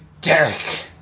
Derek